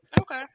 Okay